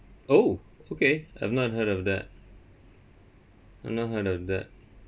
oh okay I've not heard of that I've not heard of that